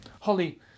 Holly